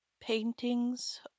Paintings